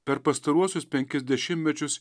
per pastaruosius penkis dešimtmečius